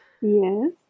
yes